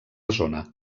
zona